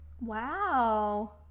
wow